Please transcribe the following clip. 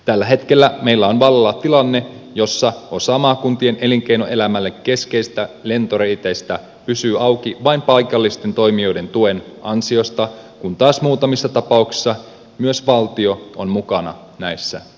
tällä hetkellä millään maalla tilanne jossa osa maakuntien elinkeinoelämälle keskeisistä lentoreiteistä pysyy auki vain paikallisten toimijoiden tuen ansiosta kun taas muutamissa tapauksissa myös valtio on mukana näissä